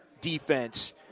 defense